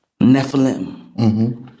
Nephilim